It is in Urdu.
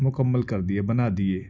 مکمل کر دیے بنا دیے